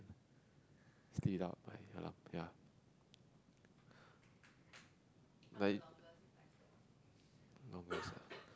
sleep without my alarm ya but longest ah